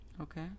Okay